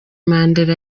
mandela